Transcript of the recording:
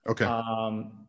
Okay